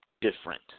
different